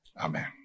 Amen